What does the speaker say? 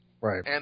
Right